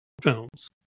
films